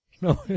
No